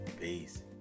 Peace